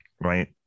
right